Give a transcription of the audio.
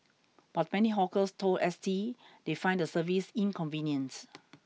but many hawkers told S T they find the service inconvenient